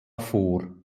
vor